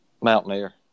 Mountaineer